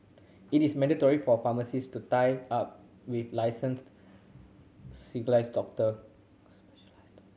it is mandatory for pharmacies to tie up with licensed doctors